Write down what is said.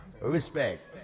Respect